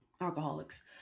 Alcoholics